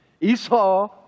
Esau